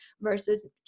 versus